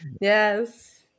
Yes